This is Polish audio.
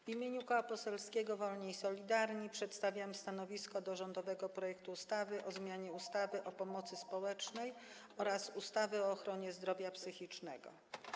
W imieniu koła poselskiego Wolni i Solidarni przedstawiam stanowisko w sprawie rządowego projektu ustawy o zmianie ustawy o pomocy społecznej oraz ustawy o ochronie zdrowia psychicznego.